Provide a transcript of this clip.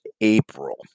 april